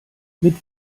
mit